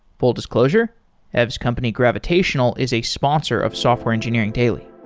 full disclosure ev's company, gravitational, is a sponsor of software engineering daily